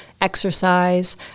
exercise